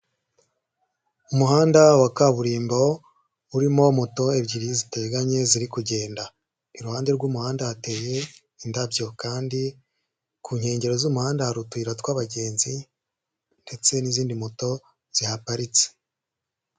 Umuhanda wa kaburimbo, urimo moto ebyiri ziteganye ziri kugenda. Iruhande rw'umuhanda hateye indabyo kandi ku nkengero z'umuhanda hari utura tw'abagenzi ndetse n'izindi moto zihaparitse.